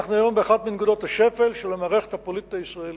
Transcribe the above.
אנחנו היום באחת מנקודות השפל של המערכת הפוליטית הישראלית.